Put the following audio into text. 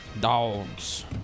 dogs